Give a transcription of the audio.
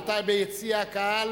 רבותי, ביציע הקהל,